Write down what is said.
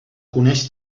coneix